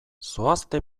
zoazte